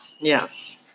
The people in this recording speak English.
Yes